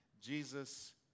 Jesus